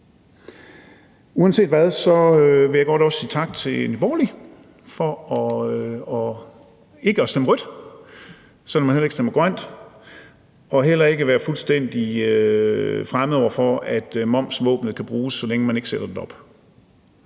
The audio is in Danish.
Uanset hvad vil jeg også godt sige tak til Nye Borgerlige for ikke at stemme rødt, selv om man heller ikke stemmer grønt, og for heller ikke være fuldstændig fremmed over for, at momsvåbenet kan bruges, så længe man ikke sætter den op.